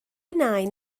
nain